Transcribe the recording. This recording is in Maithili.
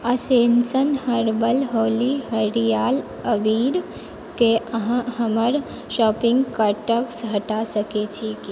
एसेंशन हर्बल होली हरियल अबीरके अहाँ हमर शॉपिंग कार्टसँ हटा सकैत छी की